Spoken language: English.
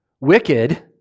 Wicked